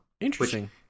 Interesting